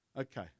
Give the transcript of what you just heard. Okay